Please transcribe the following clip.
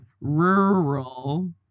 Rural